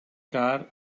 car